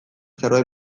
zerbait